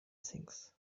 things